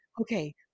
okay